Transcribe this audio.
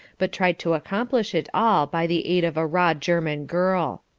but tried to accomplish it all by the aid of a raw german girl.